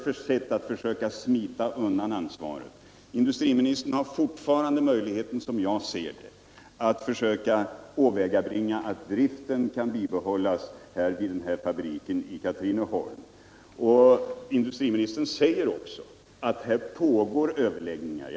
Industriministern försöker smita undan ansvaret. Industriministern har, som jag ser det, fortfarande möjligheten att försöka åvägabringa att driften kan bibehållas vid den här fabriken i Katrineholm. Industriministern säger också att det pågår överläggningar.